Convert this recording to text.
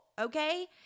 Okay